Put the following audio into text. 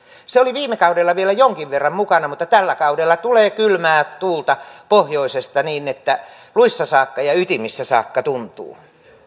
se oli viime kaudella vielä jonkin verran mukana mutta tällä kaudella tulee kylmää tuulta pohjoisesta niin että luissa saakka ja ytimissä saakka tuntuu